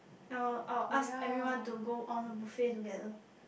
I'll I'll ask everyone to go on a buffet together